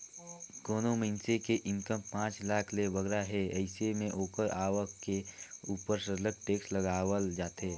कोनो मइनसे के इनकम पांच लाख ले बगरा हे अइसे में ओकर आवक के उपर सरलग टेक्स लगावल जाथे